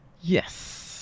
Yes